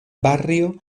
barrio